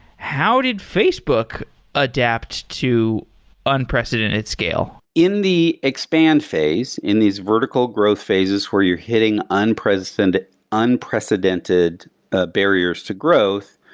how did facebook adapt to unprecedented scale? well, in the expand phase, in these vertical growth phases where you're hitting unprecedented unprecedented ah barriers to growth,